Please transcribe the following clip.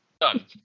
Done